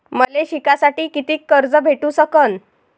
मले शिकासाठी कितीक कर्ज भेटू सकन?